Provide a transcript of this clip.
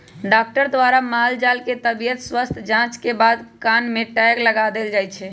doctor द्वारा माल जाल के तबियत स्वस्थ जांच के बाद कान में टैग लगा देल जाय छै